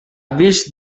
wish